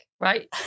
right